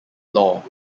law